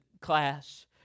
class